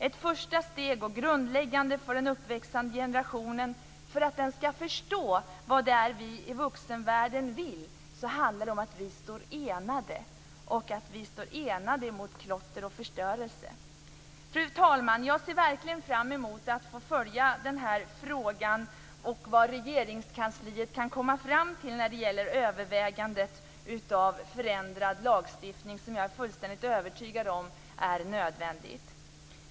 Ett första steg och grundläggande för att den uppväxande generationen skall förstå vad det är vi i vuxenvärlden vill är att vi står enade mot klotter och förstörelse. Fru talman! Jag ser verkligen fram emot att få följa den här frågan och vad Regeringskansliet kan komma fram till när det gäller övervägandet av en förändrad lagstiftning, som jag är fullständigt övertygad om är nödvändig.